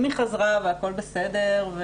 אם היא חזרה והכול בסדר.